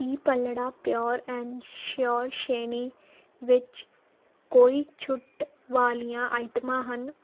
ਕੀ ਪੱਲੜਾ pure and sure ਸ਼੍ਰੇਣੀ ਵਿੱਚ ਕੋਈ ਛੂਟ ਵਾਲੀਆਂ ਆਈਟਮਾਂ ਹਨ